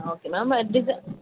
okay ma'am design